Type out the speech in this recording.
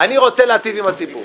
אני רוצה להיטיב עם הציבור.